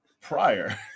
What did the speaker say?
prior